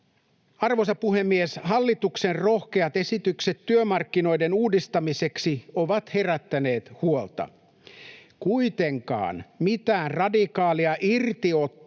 Arvoisa puhemies! Hallituksen rohkeat esitykset työmarkkinoiden uudistamiseksi ovat herättäneet huolta. Kuitenkaan mitään radikaalia irtiottoa